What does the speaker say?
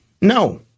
No